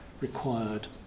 required